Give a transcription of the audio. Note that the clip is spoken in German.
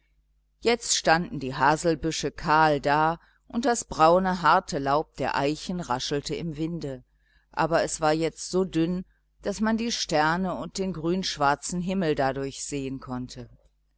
jetzt standen die haselbüsche kahl da und das braune harte laub der eichen raschelte im winde aber es war jetzt so dünn daß man die sterne und den grünschwarzen himmel dadurch sehen konnte